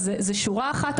זאת שורה אחת,